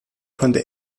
konnte